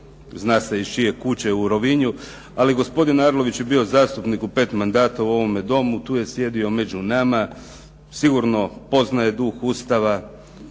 zna se iz čije kuće u Rovinju. Ali gospodin Arlović je bio zastupnik u pet mandata u ovome domu, tu je sjedio među nama. Sigurno poznaje duh Ustava